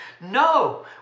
No